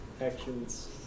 actions